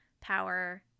power